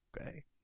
okay